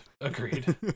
agreed